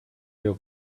your